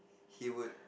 he would